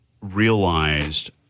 realized